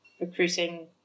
recruiting